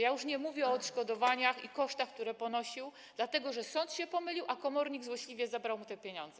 Już nie mówię o odszkodowaniach i kosztach, które ponosił, dlatego że sąd się pomylił, a komornik złośliwie zabrał mu te pieniądze.